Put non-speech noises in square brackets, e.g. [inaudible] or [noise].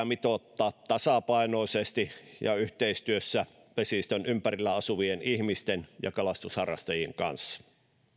[unintelligible] mitoitetaan tasapainoisesti ja yhteistyössä vesistön ympärillä asuvien ihmisten ja kalastusharrastajien kanssa